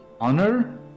honor